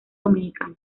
dominicana